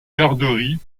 garderie